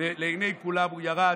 ולעיני כולם הוא ירד.